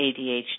ADHD